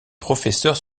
professeurs